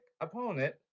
opponent